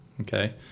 okay